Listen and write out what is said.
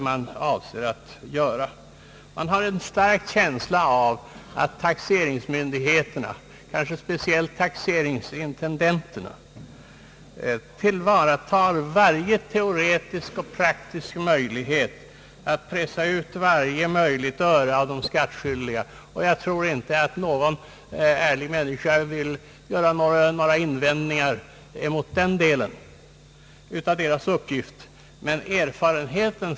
Man har en stark känsla av att taxeringsmyndigheterna och kanske speciellt taxeringsintendenterna tillvaratar var je teoretisk och praktisk chans att pressa ut varje möjligt öre av de skattskyldiga. Jag tror inte att någon ärlig människa vill resa invändningar mot sättet att fullgöra uppgiften i den delen.